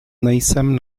nejsem